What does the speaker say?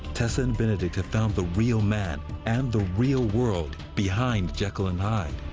tessa and benedict have found the real man and the real world behind jekyll and hyde.